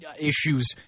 issues